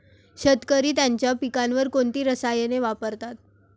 शेतकरी त्यांच्या पिकांवर कोणती रसायने वापरतात?